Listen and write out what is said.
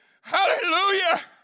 hallelujah